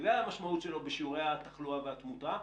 בגלל המשמעות שלו בשיעורי התחלואה והתמותה.